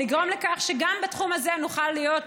לגרום לכך שגם בתחום הזה נוכל להיות